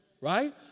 right